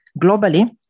Globally